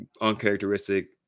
uncharacteristic